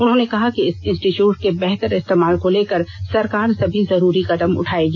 उन्होंने कहा कि इस इंस्टीच्यूट के बेहतर इस्तेमाल को लेकर सरकार सभी जरूरी कदम उठाएगी